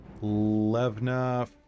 Levna